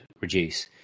reduce